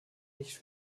nicht